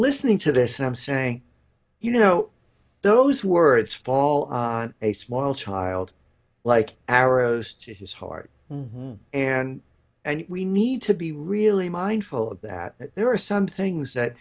listening to this and i'm saying you know those words fall on a small child like arrows to his heart and we need to be really mindful of that there are some things that